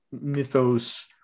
mythos